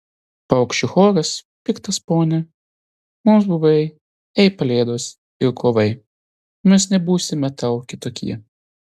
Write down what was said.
paukščių choras piktas pone mums buvai ei pelėdos ir kovai mes nebūsime tau kitokie